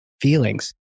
feelings